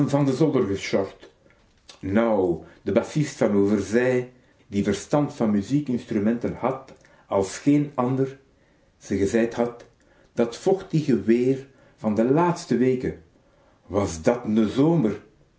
van de overzij die verstand van muziekinstrumenten had as geen ander ze gezeid had dat t vochtige weêr van de laatste weken was dat